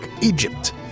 Egypt